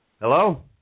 Hello